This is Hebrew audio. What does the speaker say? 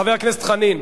חבר הכנסת חנין,